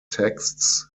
texts